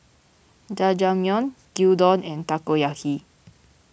Jajangmyeon Gyudon and Takoyaki